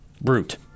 Brute